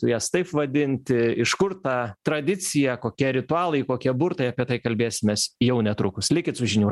jas taip vadinti iš kur ta tradicija kokie ritualai kokie burtai apie kalbėsimės jau netrukus likit su žinių